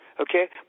Okay